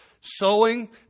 Sowing